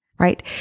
right